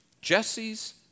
Jesse's